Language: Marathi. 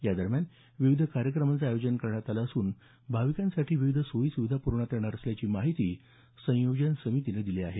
यादरम्यान विविध कार्यक्रमाचं आयोजन करण्यात आलं असून भाविकांसाठी विविध सोयी सुविधा प्रविण्यात येणार असल्याची माहिती संयोजक समितीनं दिली आहे